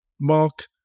Mark